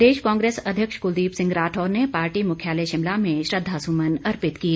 प्रदेश कांग्रेस अध्यक्ष कुलदीप सिंह राठौर ने पार्टी मुख्यालय शिमला में श्रद्धासुमन अर्पित किए